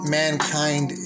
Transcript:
mankind